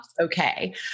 Okay